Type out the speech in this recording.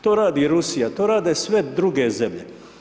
To radi i Rusija, to rade sve druge zemlje.